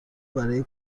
برای